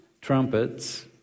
trumpets